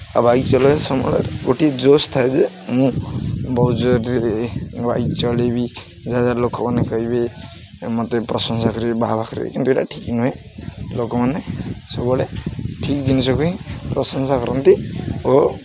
ଆଉ ବାଇକ୍ ଚଲେଇବା ସମୟରେ ଗୋଟିଏ ଜୋସ୍ ଥାଏ ଯେ ମୁଁ ବହୁତ୍ ଜର୍ରେ ବାଇକ୍ ଚଲାଇବି ଯାହା ଦ୍ୱାରା ଲୋକମାନେ କହିବେ ମୋତେ ପ୍ରଶଂସା କରିବେ ବାଃ ବାଃ କରିବେ କିନ୍ତୁ ଏଇଟା ଠିକ୍ ନୁହେଁ ଲୋକମାନେ ସବୁବେଳେ ଠିକ୍ ଜିନିଷକୁ ହିଁ ପ୍ରଶଂସା କରନ୍ତି ଓ